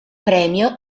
premio